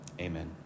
amen